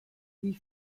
wie